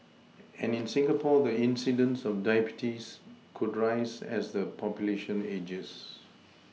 and in Singapore the incidence of diabetes could rise as the population ages